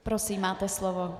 Prosím, máte slovo.